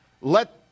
let